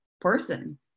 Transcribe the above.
person